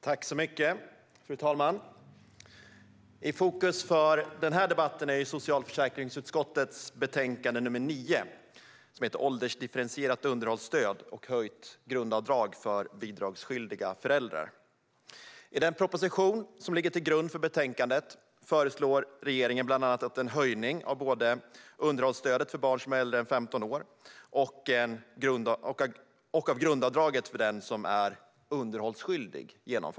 Fru talman! Fokus för den här debatten är ju socialförsäkringsutskottets betänkande nr 9 Åldersdifferentierat underhållsstöd och höjt grundavdrag för bidragsskyldiga föräldrar . I den proposition som ligger till grund för betänkandet föreslår regeringen bland annat en höjning av både av underhållsstödet för barn som äldre än 15 år och av grundavdraget för den som är underhållsskyldig.